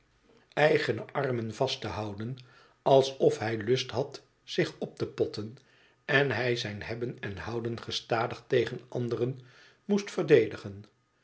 eigene armen vast te houden alsof hij lust had zich op te potten en hij zijn hebben en houden gestadig tegen anderen moest verdedigen